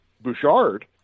Bouchard